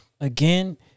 again